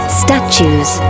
statues